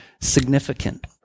significant